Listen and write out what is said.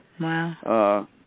Wow